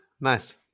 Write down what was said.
Nice